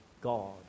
God